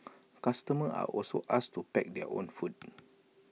customers are also asked to pack their own food